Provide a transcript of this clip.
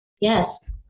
Yes